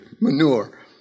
manure